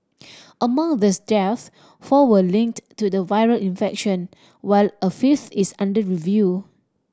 among these deaths four were linked to the viral infection while a fifth is under review